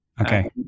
Okay